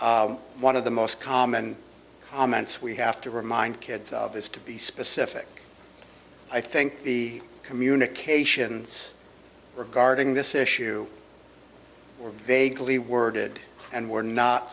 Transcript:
a's one of the most common comments we have to remind kids is to be specific i think the communications regarding this issue they gly worded and were not